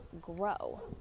grow